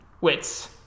Wits